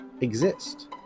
exist